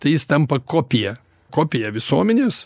tai jis tampa kopija kopija visuomenės